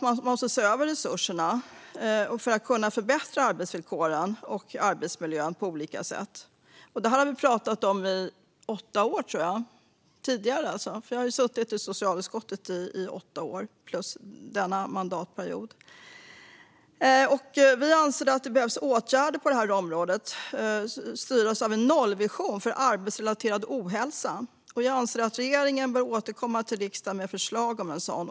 Man måste se över resurserna för att kunna förbättra arbetsvillkoren och arbetsmiljön på olika sätt. Detta har vi pratat om under de åtta år som jag suttit i socialutskottet plus denna mandatperiod. Vi anser att det behövs åtgärder på detta område, som bör styras av en nollvision för arbetsrelaterad ohälsa. Jag anser att regeringen bör återkomma till riksdagen med förslag om en sådan.